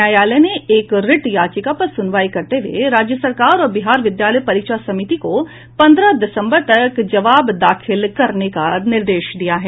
न्यायालय ने एक रिट याचिका पर सुनवाई करते हुये राज्य सरकार और बिहार विद्यालय परीक्षा समिति को पंद्रह दिसंबर तक जवाब दाखिल करने का निर्देश दिया है